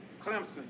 Clemson